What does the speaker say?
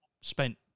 spent